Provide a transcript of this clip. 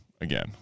again